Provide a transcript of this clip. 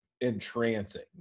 entrancing